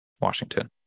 Washington